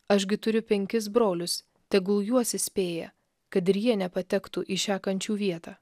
aš gi turiu penkis brolius tegul juos įspėja kad ir jie nepatektų į šią kančių vietą